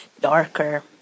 darker